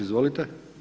Izvolite.